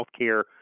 healthcare